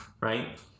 right